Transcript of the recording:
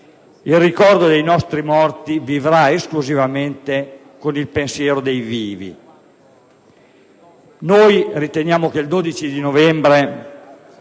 il ricordo dei nostri morti vivrà esclusivamente con il pensiero dei vivi. Pensiamo che il 12 novembre